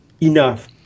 enough